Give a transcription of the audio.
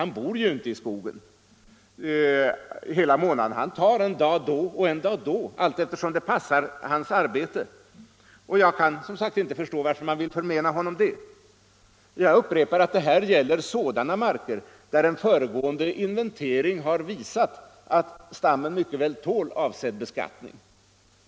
Han bor ju inte i skogen hela månaden, utan tar en dag då och en då, allteftersom det passar hans arbete och jag kan som sagt inte förstå varför man vill förmena honom det. Jag upprepar att det här gäller sådana marker där en föregående inventering visat, att stammen mycket väl tål avsedd beskattning.